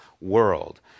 world